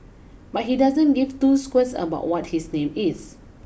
but he doesn't give two squirts about what his name is